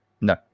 No